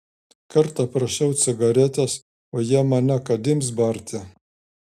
kartą prašiau cigaretės o jie mane kad ims barti